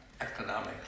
economic